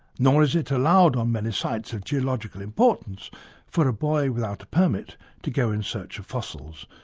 nor is it allowed on many sites of geological importance for a boy without a permit to go in search of fossils,